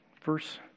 Verse